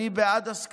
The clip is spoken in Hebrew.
אני בעד הסכמות.